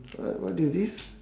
what what is this